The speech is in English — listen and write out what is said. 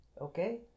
okay